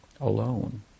alone